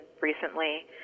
recently